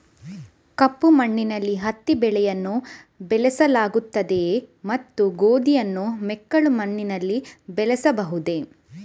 ಕಪ್ಪು ಮಣ್ಣಿನಲ್ಲಿ ಹತ್ತಿ ಬೆಳೆಯನ್ನು ಬೆಳೆಸಲಾಗುತ್ತದೆಯೇ ಮತ್ತು ಗೋಧಿಯನ್ನು ಮೆಕ್ಕಲು ಮಣ್ಣಿನಲ್ಲಿ ಬೆಳೆಯಬಹುದೇ?